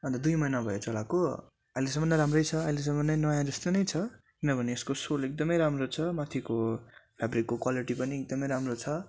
अन्त दुई महिना भयो चलाएको अहिलेसम्म राम्रै छ अहिलेसम्म नै नयाँ जस्तै नै छ किनभने यसको सोल एकदमै राम्रो छ माथिको फेब्रिकको क्वालिटी पनि एकदमै राम्रो छ